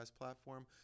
platform